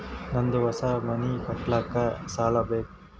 ನಂದು ಹೊಸ ಮನಿ ಕಟ್ಸಾಕ್ ಸಾಲ ಬೇಕು